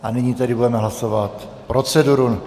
A nyní tedy budeme hlasovat proceduru.